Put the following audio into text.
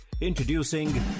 Introducing